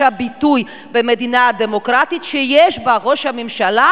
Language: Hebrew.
הביטוי במדינה דמוקרטית שיש בה ראש ממשלה.